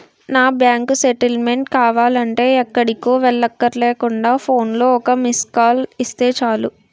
నా bank statement కావాలంటే ఎక్కడికో వెళ్ళక్కర్లేకుండా ఫోన్లో ఒక్క మిస్కాల్ ఇస్తే చాలు